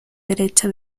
derecha